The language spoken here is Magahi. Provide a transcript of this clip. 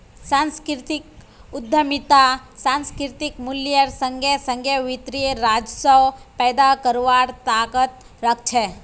सांस्कृतिक उद्यमितात सांस्कृतिक मूल्येर संगे संगे वित्तीय राजस्व पैदा करवार ताकत रख छे